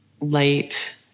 light